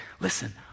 Listen